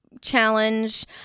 challenge